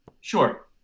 Sure